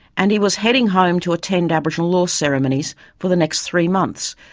and he was heading home to attend aboriginal law ceremonies for the next three months,